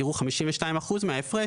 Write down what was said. יראו 52% מההפרש,